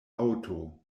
aŭto